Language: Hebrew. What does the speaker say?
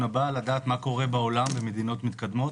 הבא לדעת מה קורה בעולם במדינות מתקדמות,